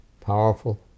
powerful